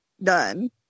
done